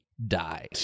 die